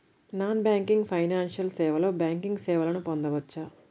Non banking financial సేవలో banking సేవలను పొందవచ్చా?